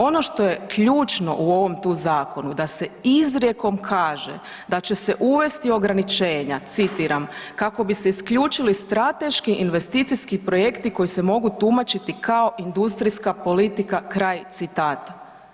Ono što je ključno u ovom tu zakonu da se izrijekom kaže da će se uvesti ograničenja citiram, kako bi se isključili strateški investicijski projekti koji se mogu tumačiti kao industrijska politika, kraj citata.